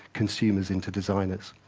consumers into designers.